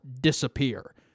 disappear